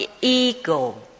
ego